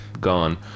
gone